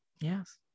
yes